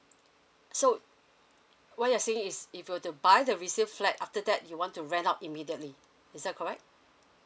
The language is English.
so what you are saying is if were to buy the resale flat after that you want to rent out immediately is that correct